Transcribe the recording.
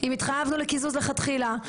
אם התחייבנו לקיזוז מלכתחילה.